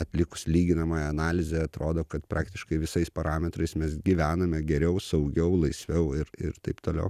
atlikus lyginamąją analizę atrodo kad praktiškai visais parametrais mes gyvename geriau saugiau laisviau ir ir taip toliau